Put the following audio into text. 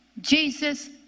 Jesus